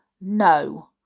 No